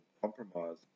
compromise